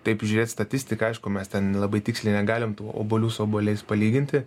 taip žiūrėt statistiką aišku mes ten labai tiksliai negalim tų obuolių su obuoliais palyginti